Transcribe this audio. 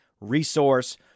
resource